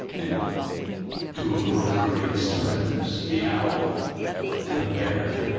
and two of the world's greatest predators, the owl ah and the bear,